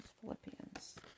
Philippians